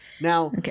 now